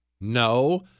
No